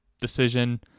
decision